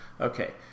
okay